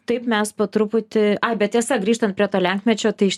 taip mes po truputį ai be tiesa grįžtan prie to lenkmečio tai iš